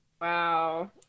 Wow